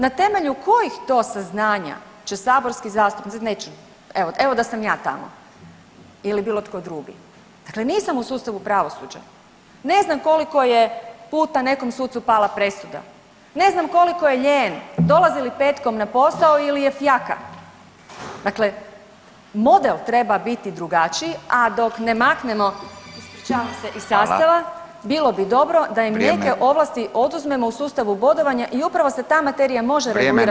Na temelju kojih to saznanja će saborski zastupnici, neću, evo, evo da sam ja tamo ili bilo tko drugi, dakle nisam u sustavu pravosuđa, ne znam koliko je puta nekom sucu pala presuda, ne znam koliko je lijen, dolazi li petkom na posao ili je fjaka, dakle model treba biti drugačiji, a dok ne maknemo, ispričavamo se, iz sastava, bilo bi dobro da im neke ovlasti oduzmemo u sustavu bodovanja i upravo se ta materija može regulirati zakonom.